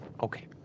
Okay